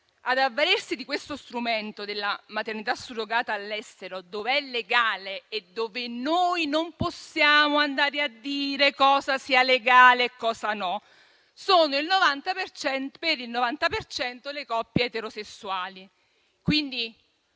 Ad avvalersi dello strumento della maternità surrogata all'estero, dov'è legale e dove noi non possiamo andare a dire cosa sia legale e cosa no, sono per il 90 per cento coppie eterosessuali.